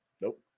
Nope